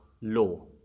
law